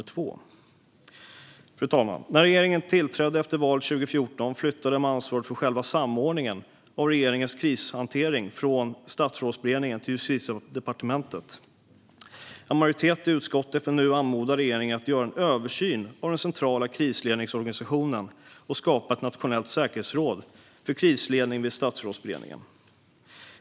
Fru talman! När regeringen tillträdde efter valet 2014 flyttade man ansvaret för själva samordningen av regeringens krishantering från Statsrådsberedningen till Justitiedepartementet. En majoritet i utskottet vill nu anmoda regeringen att göra en översyn av den centrala krisledningsorganisationen och skapa ett nationellt säkerhetsråd för krisledning vid Statsrådsberedningen.